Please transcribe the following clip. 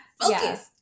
focus